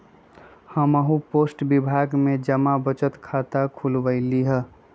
हम्हू पोस्ट विभाग में जमा बचत खता खुलवइली ह